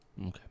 Okay